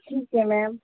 ਠੀਕ ਹੈ ਮੈਮ